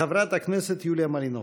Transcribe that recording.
חברת הכנסת יוליה מלינובסקי.